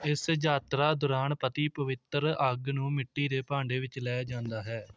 ਇਸ ਯਾਤਰਾ ਦੌਰਾਨ ਪਤੀ ਪਵਿੱਤਰ ਅੱਗ ਨੂੰ ਮਿੱਟੀ ਦੇ ਭਾਂਡੇ ਵਿੱਚ ਲੈ ਜਾਂਦਾ ਹੈ